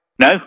No